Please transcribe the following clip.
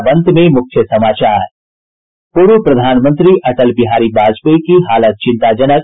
और अब अंत में मुख्य समाचार पूर्व प्रधानमंत्री अटल बिहारी वाजपेयी की हालत चिंताजनक